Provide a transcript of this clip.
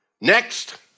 Next